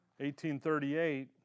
1838